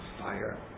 fire